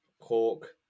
Cork